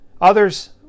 Others